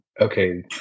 okay